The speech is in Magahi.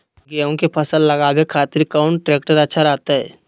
गेहूं के फसल लगावे खातिर कौन ट्रेक्टर अच्छा रहतय?